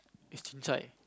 is chincai